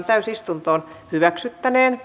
keskustelua ei syntynyt